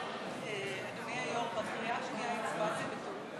הגנה על פעוטות במעונות יום לפעוטות,